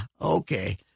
Okay